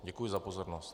Děkuji za pozornost.